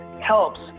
helps